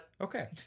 Okay